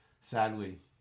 Sadly